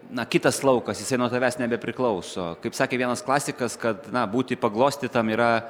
na kitas laukas nuo tavęs nebepriklauso kaip sakė vienas klasikas kad būti paglostytam yra